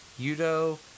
Yudo